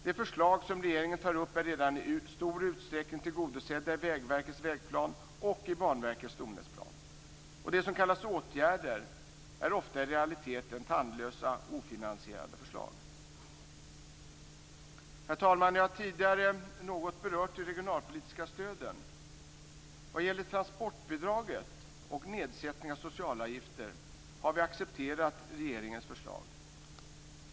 De förslag som regeringen tar upp är redan i stor utsträckning tillgodosedda i Vägverkets vägplan och i Banverkets stomnätsplan. Och det som kallas åtgärder är ofta i realiteten tandlösa ofinansierade förslag. Herr talman! Jag har tidigare något berört de regionalpolitiska stöden. Vad gäller transportbidraget och nedsättningen av socialavgifter har vi accepterat regeringens förslag.